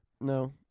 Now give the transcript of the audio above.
No